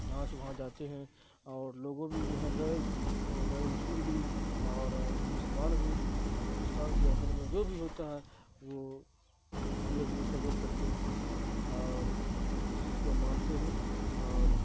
یہاں سے وہاں جاتے ہیں اور لوگوں بھی جو ہے غیر وہ غیر مسلم بھی اور مسلمان بھی ہندوستان کے اندر میں جو بھی ہوتا ہے وہ ہم لوگ بھی سہیوگ کرتے ہیں اور اس چیز کو مانتے ہیں اور